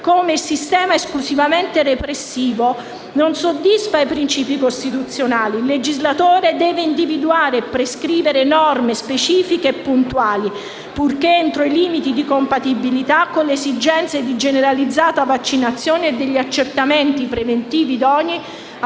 come il sistema esclusivamente repressivo non soddisfi i principi costituzionali: il legislatore deve individuare e prescrivere norme specifiche e puntuali, purché entro i limiti di compatibilità con le esigenze di generalizzata vaccinazione, degli accertamenti preventivi idonei a